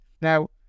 Now